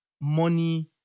money